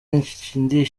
ndishimye